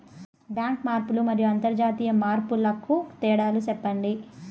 Bank మార్పులు మరియు అంతర్జాతీయ మార్పుల కు తేడాలు సెప్పండి?